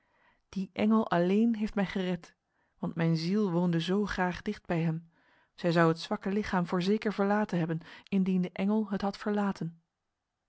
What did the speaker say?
die engel alleen heeft mij gered want mijn ziel woonde zo graag dicht bij hem zij zou het zwakke lichaam voorzeker verlaten hebben indien de engel het had verlaten